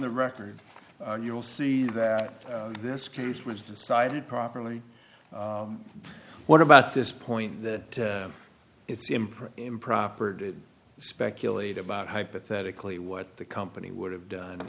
the record you'll see that this case was decided properly what about this point that it's improper improper to speculate about hypothetically what the company would have done